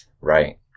Right